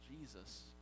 Jesus